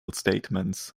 statements